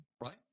right